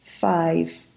five